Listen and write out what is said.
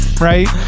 right